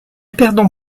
perdons